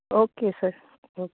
okay sir okay